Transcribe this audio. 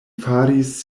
faris